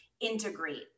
integrate